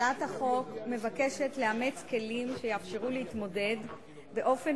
הצעת החוק מבקשת לאמץ כלים שיאפשרו להתמודד באופן